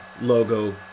logo